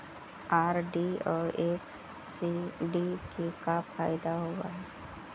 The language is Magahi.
आर.डी और एफ.डी के का फायदा होव हई?